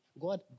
God